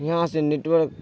یہاں سے net work